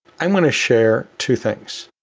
i want to share two things.